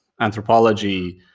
anthropology